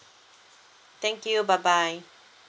thank you bye bye